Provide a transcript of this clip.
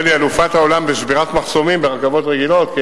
ישראל היא אלופת העולם בשבירת מחסומים ברכבות רגילות.